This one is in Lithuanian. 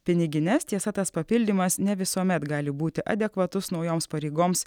pinigines tiesa tas papildymas ne visuomet gali būti adekvatus naujoms pareigoms